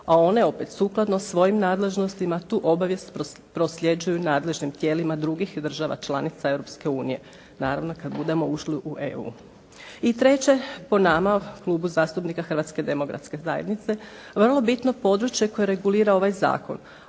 a one opet sukladno svojim nadležnostima tu obavijest prosljeđuju nadležnim tijelima drugih država članica Europske unije. Naravno kad budemo ušli u EU. I treće po nama, Klubu zastupnika Hrvatske demokratske zajednice vrlo bitno područje koje regulira ovaj zakon